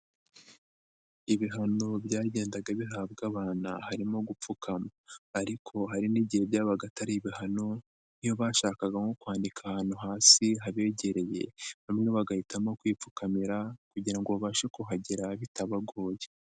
Ibihano byagendaga bihabwa abana harimo gupfukama ariko hari n'igihe byabaga atari ibihano, iyo bashakaga nko kwandika ahantu hasi habegereye bamwe bagahitamo kwipfukamira kugira ngo babashe kuhagera bitabagoye.